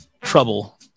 trouble